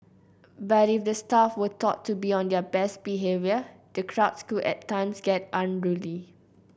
but if the staff were taught to be on their best behaviour the crowds could at times get unruly